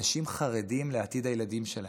אנשים חרדים לעתיד הילדים שלהם.